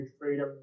freedom